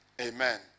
Amen